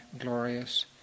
glorious